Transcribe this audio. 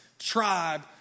tribe